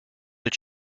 did